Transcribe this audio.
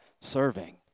serving